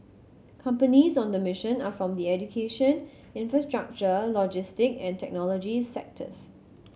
companies on the mission are from the education infrastructure logistic and technology sectors